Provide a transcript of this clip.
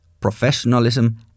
professionalism